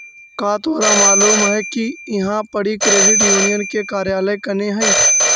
का तोरा मालूम है कि इहाँ पड़ी क्रेडिट यूनियन के कार्यालय कने हई?